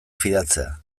fidatzea